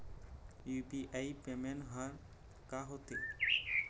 UPI payment हर का होते?